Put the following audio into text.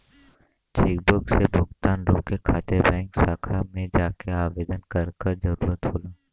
chequebook से भुगतान रोके खातिर बैंक शाखा में जाके आवेदन करे क जरुरत होला